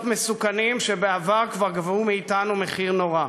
מסוכנים שבעבר כבר גבו מאתנו מחיר נורא,